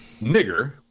nigger